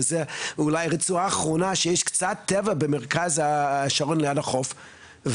וזו אולי הרצועה האחרונה שיש קצת טבע במרכז השרון ליד החוף,